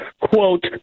quote